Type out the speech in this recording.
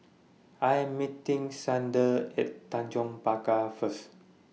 I Am meeting Xander At Tanjong Pagar First